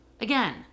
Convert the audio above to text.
again